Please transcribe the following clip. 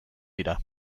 dira